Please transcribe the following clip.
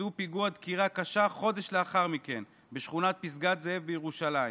ביצעו פיגוע דקירה קשה חודש לאחר מכן בשכונת פסגת זאב בירושלים.